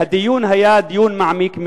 הדיון היה דיון מעמיק מאוד,